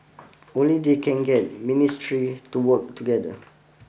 only they can get ministry to work together